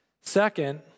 Second